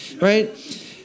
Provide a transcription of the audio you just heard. Right